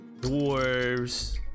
dwarves